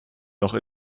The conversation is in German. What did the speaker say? noch